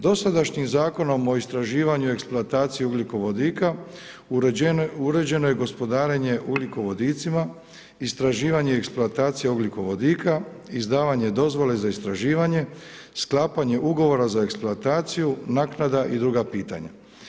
Dosadašnjim Zakonom o istraživanju i eksploataciji ugljikovodika uređeno je gospodarenje ugljikovodicima, istraživanje i eksploatacija ugljikovodika, izdavanje dozvole za istraživanje, sklapanje ugovora za eksploataciju, naknada i druga pitanja.